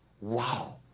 wow